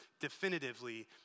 definitively